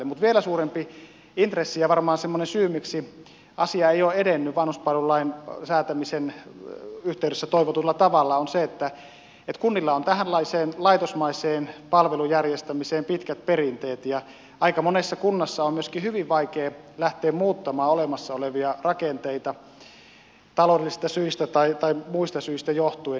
mutta vielä suurempi intressi ja varmaan semmoinen syy miksi asia ei ole edennyt vanhuspalvelulain säätämisen yhteydessä toivotulla tavalla on se että kunnilla on tämänlaiseen laitosmaiseen palvelun järjestämiseen pitkät perinteet ja aika monessa kunnassa on myöskin hyvin vaikea lähteä muuttamaan olemassa olevia rakenteita taloudellisista syistä tai muista syistä johtuen